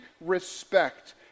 respect